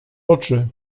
oczy